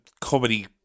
comedy